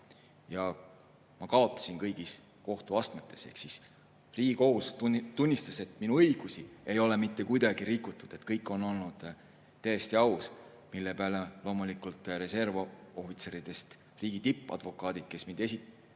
Ja ma kaotasin kõigis kohtuastmetes. Riigikohus tunnistas, et minu õigusi ei ole mitte kuidagi rikutud, et kõik on olnud täiesti aus, mille peale reservohvitseridest riigi tippadvokaadid, kes mind esindasid,